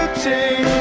say,